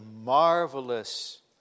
marvelous